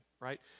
right